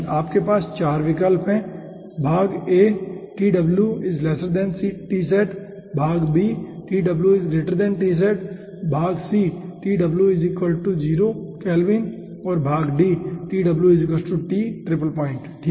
आपके पास 4 विकल्प है भाग a भाग b भाग c केल्विन और भाग d ट्रिपल पॉइंट ठीक है